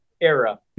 era